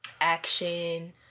action